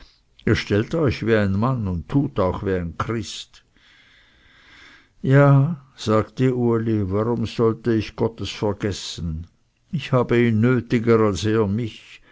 ihr stellt euch wie ein mann dar und tut auch wie ein christ ja sagte uli warum sollte ich gottes vergessen ich habe ihn nötiger als er mich